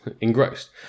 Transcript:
engrossed